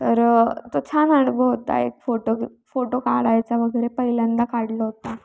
तर तो छान अनुभव होता एक फोटो फोटो काढायचा वगैरे पहिल्यांदा काढलं होता